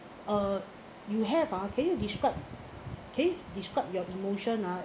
uh you have ah can you describe can you describe your emotion ah